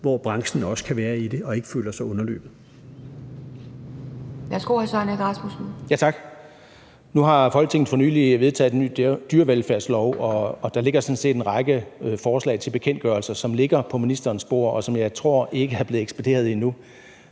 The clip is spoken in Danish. hvor branchen også kan være i det og ikke føler sig underløbet?